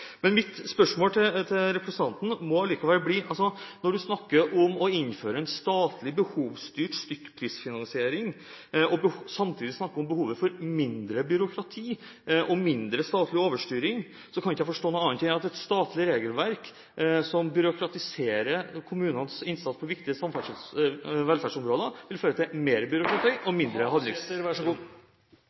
Mitt spørsmål til representanten må likevel bli: Når han snakker om å innføre en statlig, behovsstyrt stykkprisfinansiering og samtidig snakker om behovet for mindre byråkrati og mindre statlig overstyring, kan jeg ikke forstå noe annet enn at et statlig regelverk som byråkratiserer kommunenes innsats på viktige velferdsområder, vil føre til mer byråkrati og mindre